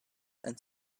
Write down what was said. and